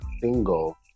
single